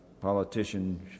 politician